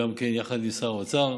יחד עם שר האוצר,